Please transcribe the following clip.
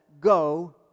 go